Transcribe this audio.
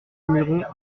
muiron